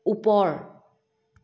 ওপৰ